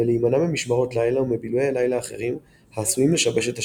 ולהימנע ממשמרות לילה או מבילויי לילה אחרים העשויים לשבש את השינה.